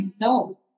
no